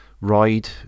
ride